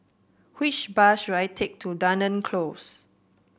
which bus should I take to Dunearn Close